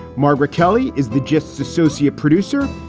margaret kelly is the gists associate producer.